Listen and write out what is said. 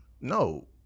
No